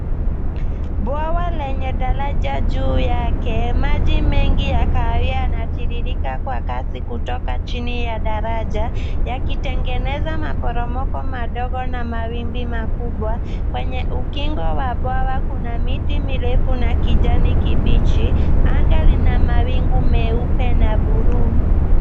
Bwawa lenye daraja juu yake. Maji mengi ya kahawia yanatiririka kwa kasi kutoka chini ya daraja yakitengeneza maporomoko madogo na mawimbi makubwa. Kwenye ukingo wa bwawa kuna miti mirefu na kijani kibichi. Anga lina mawingu meupe na buluu.